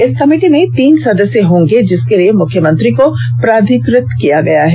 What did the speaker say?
इसमें कमेटी में तीन सदस्य होंगे जिसके लिए मुख्यमंत्री को प्राधिकृत किया गया है